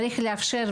צריך לאפשר.